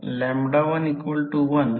हे समजू शकेल की फक्त ही जागा आहे